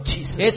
Jesus